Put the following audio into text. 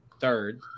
third